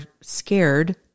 scared